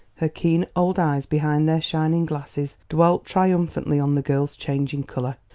her keen old eyes behind their shining glasses dwelt triumphantly on the girl's changing colour.